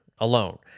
alone